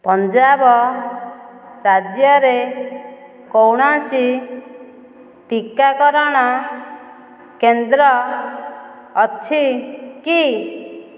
ପଞ୍ଜାବ ରାଜ୍ୟରେ କୌଣସି ଟିକାକରଣ କେନ୍ଦ୍ର ଅଛି କି